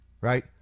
right